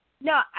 No